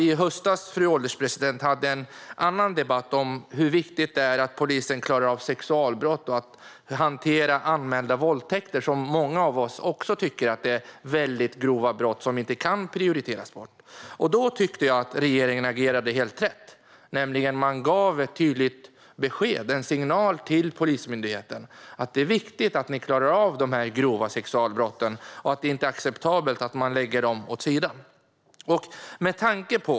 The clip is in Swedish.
I höstas hade vi en debatt om hur viktigt det är att polisen klarar upp anmälda våldtäkter och andra sexualbrott, som många av oss tycker är väldigt grova brott som inte kan prioriteras bort. Då agerade regeringen helt rätt och gav Polismyndigheten ett tydligt besked om att det är viktigt att klara upp de grova sexualbrotten och att det är oacceptabelt att lägga dem åt sidan.